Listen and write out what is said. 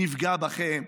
נפגע בכם,